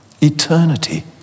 Eternity